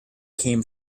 came